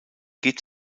geht